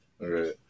right